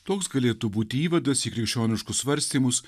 toks galėtų būti įvadas į krikščioniškus svarstymus